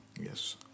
Yes